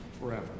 forever